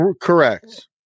Correct